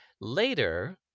Later